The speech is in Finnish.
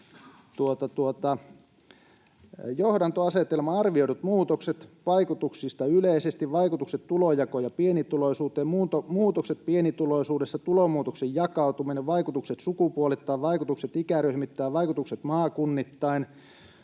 Johdantoasetelma, Arvioidut muutokset, Vaikutuksista yleisesti, Vaikutukset tulonjakoon ja pienituloisuuteen, Muutokset pienituloisuudessa, Tulonmuutoksen jakautuminen, Vaikutukset sukupuolittain, Vaikutukset ikäryhmittäin, Vaikutukset maakunnittain,